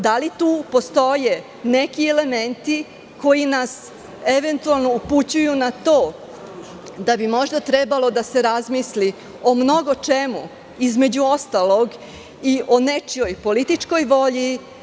Da li tu postoje neki elementi koji nas eventualno upućuju na to da bi možda trebalo da se razmisli o mnogo čemu, između ostalog i o nečijoj političkoj volji?